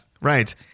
Right